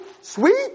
sweet